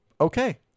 Okay